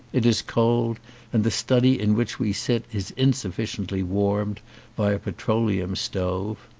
it is cold and the study in which we sit is insuf ficiently warmed by a petroleum stove.